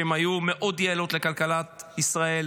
שהן היו מאוד יעילות לכלכלת ישראל.